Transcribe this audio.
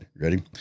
Ready